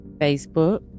Facebook